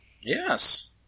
Yes